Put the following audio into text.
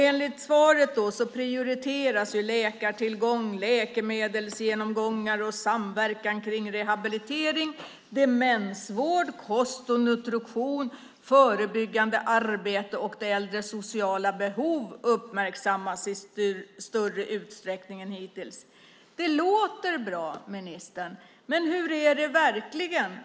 Enligt svaret prioriteras läkartillgång, läkemedelsgenomgångar, samverkan kring rehabilitering, demensvård, kost och nutrition, förebyggande arbete, och de äldres sociala behov uppmärksammas i större utsträckning än hittills. Det låter bra, ministern, men hur är det i verkligheten?